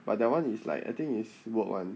but that one is like I think is work [one]